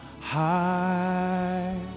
high